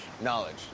Knowledge